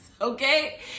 Okay